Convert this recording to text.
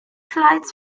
flights